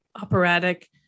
operatic